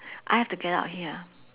I have to get out here